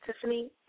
Tiffany